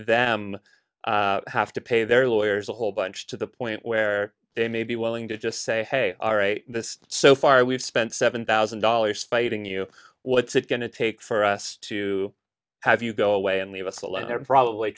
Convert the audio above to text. them have to pay their lawyers a whole bunch to the point where they may be willing to just say hey all right this so far we've spent seven thousand dollars fighting you know what's it going to take for us to have you go away and leave us alone and probably